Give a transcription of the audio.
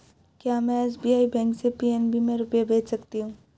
क्या में SBI bank से पी.एन.बी में रुपये भेज सकती हूँ?